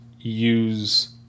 use